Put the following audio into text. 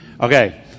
Okay